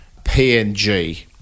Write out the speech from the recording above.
PNG